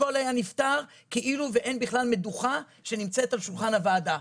הכל היה נפתר כאילו ואין בכלל מדוכה שנמצאת על שולחן הוועדה.